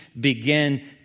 begin